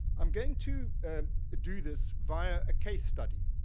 i'm going to and do this via a case study.